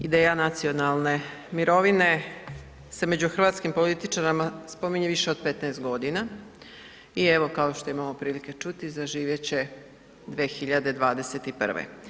Ideja nacionalne mirovine se među hrvatskim političarima spominje više od 15 g. i evo kao što imamo prilike čuti, zaživjet će 2021.